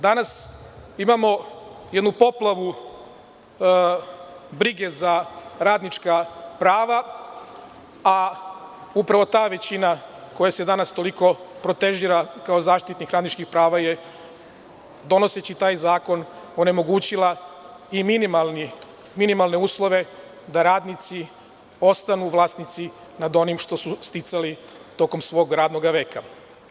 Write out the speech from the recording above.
Danas imamo jednu poplavu brige za radnička prava, a upravo ta većina koja se danas toliko protežira kao zaštitnik radničkih prava je, donoseći taj zakon, onemogućila i minimalne uslove da radnici ostanu vlasnici nad onim što su sticali tokom svog radnog veka.